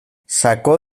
sacó